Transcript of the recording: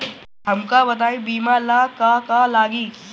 हमका बताई बीमा ला का का लागी?